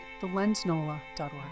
thelensnola.org